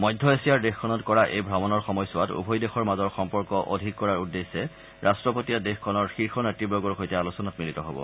মধ্য এছিয়াৰ দেশখনত কৰা এই ভ্ৰমণৰ সময়ছোৱাত উভয় দেশৰ মাজৰ সম্পৰ্ক অধিক সুদৃঢ় কৰাৰ উদ্দেশ্যে ৰাট্টপতিয়ে দেশখনৰ শীৰ্ষ নেত়বৰ্গৰ সৈতে আলোচনাত মিলিত হব